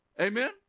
Amen